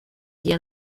día